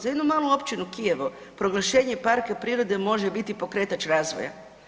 Za jednu malu općinu Kijevo proglašenje parka prirode može biti pokretač razvoja.